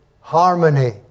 harmony